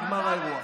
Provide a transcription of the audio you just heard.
נגמר האירוע.